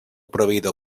proveïdor